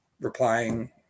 replying